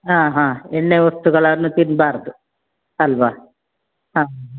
ಹಾಂ ಹಾಂ ಎಣ್ಣೆ ವಸ್ತುಗಳನ್ನು ತಿನ್ನಬಾರ್ದು ಅಲ್ಲವಾ ಹಾಂ